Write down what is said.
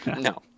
No